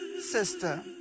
Sister